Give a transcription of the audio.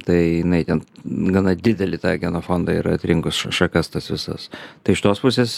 tai jinai ten gana didelį tą genofondą yra atrinkus ša šakas tas visas tai iš tos pusės